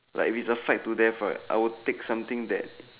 like it's a fight to death what I would take something that